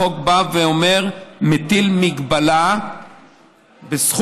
החוק בא ואומר שהוא מטיל מגבלה על הסכום.